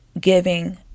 giving